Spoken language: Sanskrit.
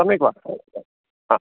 सम्यक् वा हा